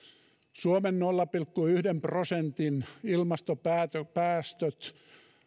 suomen nolla pilkku yhden prosentin ilmastopäästöt